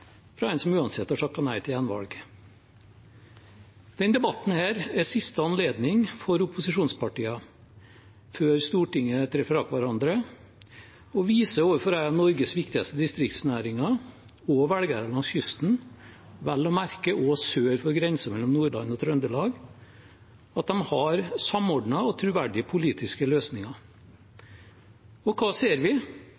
fra sidelinjen – fra en som uansett har takket nei til gjenvalg. Denne debatten er siste anledning for opposisjonspartiene, før Stortinget går fra hverandre, til å vise overfor en av Norges viktigste distriktsnæringer og velgerne langs kysten – vel å merke også sør for grensen mellom Nordland og Trøndelag – at de har samordnede og troverdige politiske løsninger.